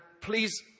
please